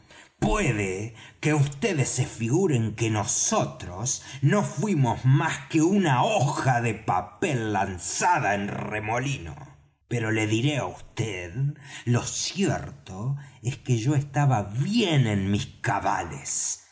puede que vds se figuren que nosotros no fuimos más que una hoja de papel lanzada en un remolino pero le diré á vd lo cierto es que yo estaba bien en mis cabales